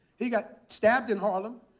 he got stabbed in harlem.